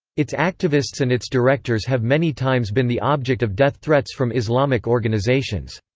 its activists and its directors have many times been the object of death threats from islamic organizations.